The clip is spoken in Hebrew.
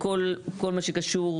הכלכלה,